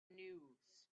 news